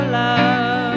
love